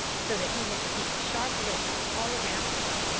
so that he had to keep a sharp look out all round him.